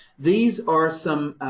these are some,